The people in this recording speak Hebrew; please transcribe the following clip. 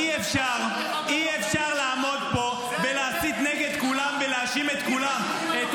אי-אפשר לעמוד פה ולהאשים את כולם ולהאשים את כולם: את